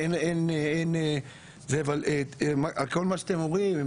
ועם כל מה שאתם אומרים,